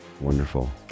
Wonderful